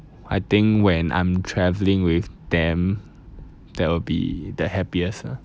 I think when I'm traveling with them that will be that happiest lah